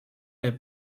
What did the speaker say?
est